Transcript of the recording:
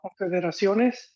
Confederaciones